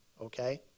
Okay